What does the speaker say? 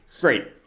great